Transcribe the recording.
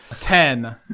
Ten